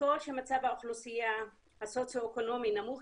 ככל שמצב האוכלוסייה הסוציואקונומי נמוך